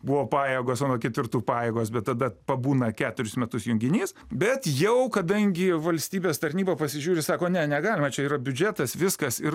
buvo pajėgos o nuo ketvirtų pajėgos bet tada pabūna keturis metus junginys bet jau kadangi valstybės tarnyba pasižiūri sako ne negalima čia yra biudžetas viskas ir